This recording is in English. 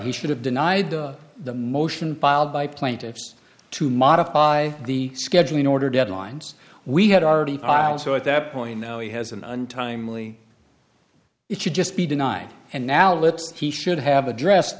he should have denied the motion filed by plaintiffs to modify the scheduling order deadlines we had already filed so at that point now he has an untimely it should just be denied and now let's he should have addressed